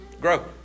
Grow